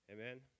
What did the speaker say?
Amen